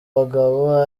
bagabo